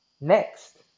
next